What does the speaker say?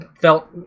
felt